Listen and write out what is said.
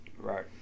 Right